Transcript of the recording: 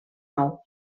nou